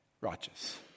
righteous